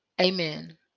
Amen